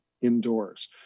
indoors